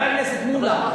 חבר הכנסת מולה,